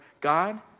God